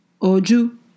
Oju